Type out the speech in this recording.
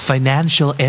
Financial